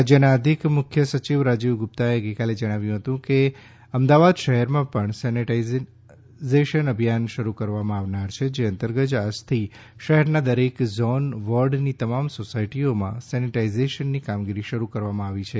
રાજ્યના અધિક મુખ્ય સચિવ રાજીવ ગુપ્તાએ ગઇકાલે જણાવ્યું હતું કે અમદાવાદ શહેરમાં પણ સેનિટાઇઝેશન અભિયાન શરૂ કરવામાં આવનાર છે જે અંતર્ગત આજથી શહેરના દરેક ઝોન વોર્ડની તમામ સોસાયટીઓમાં સેનેટાઇઝેશનની કામગીરી શરૂ કરવામાં આવી છે